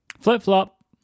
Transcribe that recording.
Flip-flop